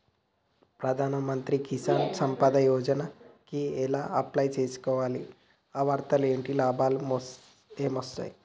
ప్రధాన మంత్రి కిసాన్ సంపద యోజన కి ఎలా అప్లయ్ చేసుకోవాలి? అర్హతలు ఏంటివి? లాభాలు ఏమొస్తాయి?